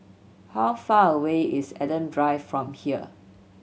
how far away is Adam Drive from here